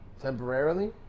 Temporarily